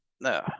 No